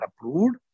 approved